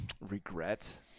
regret